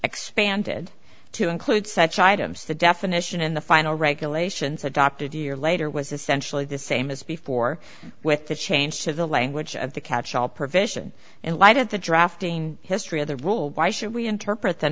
expanded to include such items the definition in the final regulations adopted year later was essentially the same as before with the change to the language at the catch all provision and light at the drafting history of the roll why should we interpret the